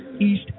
East